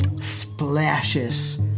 splashes